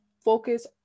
focus